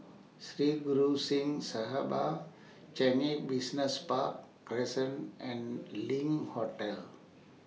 Sri Guru Singh Sabha Changi Business Park Crescent and LINK Hotel